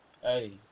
Hey